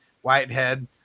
whitehead